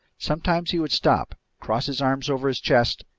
sometimes he would stop, cross his arms over his chest,